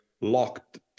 locked